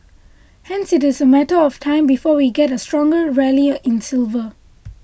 hence it is a matter of time before we get a stronger rally in silver